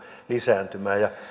lisääntymään